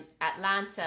Atlanta